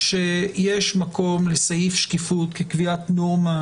שיש מקום לסעיף שקיפות כקביעת נורמה,